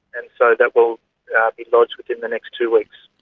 and so that will be lodged within the next two weeks.